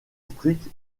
stricte